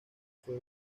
fue